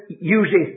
uses